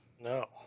No